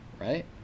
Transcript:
right